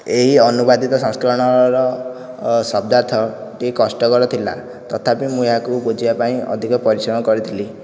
ଏହି ଅନୁବାଦିକ ସଂସ୍କରଣର ଶବ୍ଦାର୍ଥ ଟିକେ କଷ୍ଟକର ଥିଲା ତଥାପି ମୁଁ ଏହାକୁ ବୁଝିବା ପାଇଁ ଅଧିକ ପରିଶ୍ରମ କରିଥିଲି